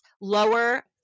Lower